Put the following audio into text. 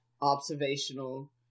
observational